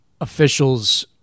officials